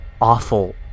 awful